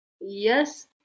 yes